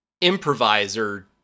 improviser